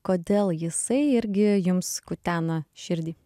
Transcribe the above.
kodėl jisai irgi jums kutena širdį